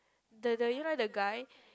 the the you know the guy